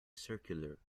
circular